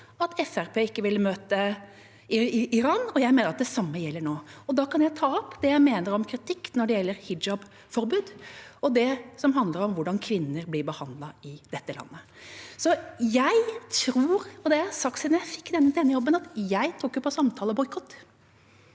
ikke ville møte Iran. Jeg mener at det samme gjelder nå. Da kan jeg ta opp det jeg mener, og komme med kritikk når det gjelder hijabpåbud og det som handler om hvordan kvinner blir behandlet i dette landet. Jeg tror på det jeg har sagt siden jeg fikk denne jobben: Jeg tror ikke på samtaleboikott,